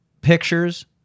pictures